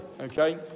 okay